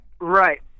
right